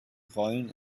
rollen